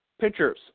pitchers